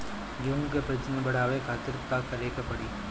गेहूं के प्रजनन बढ़ावे खातिर का करे के पड़ी?